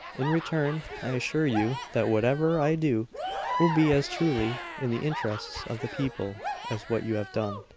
in return, i assure you that whatever i do will be as truly in the interests of the people as what you have done.